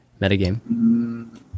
metagame